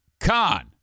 Con